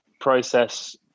process